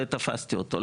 במידה ותפסתי אותו.